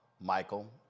Michael